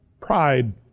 pride